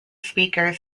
speaker